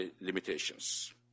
limitations